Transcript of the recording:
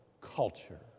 culture